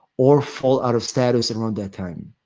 or fall out of status around that time